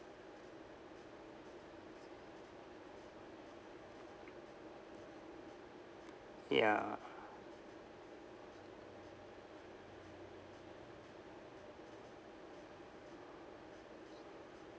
ya